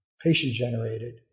patient-generated